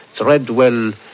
Threadwell